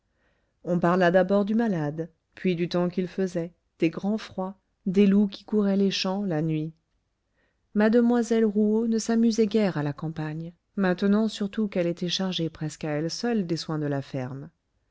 on parla d'abord du malade puis du temps qu'il faisait des grands froids des loups qui couraient les champs la nuit mademoiselle rouault ne s'amusait guère à la campagne maintenant surtout qu'elle était chargée presque à elle seule des soins de la ferme